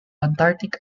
antarctic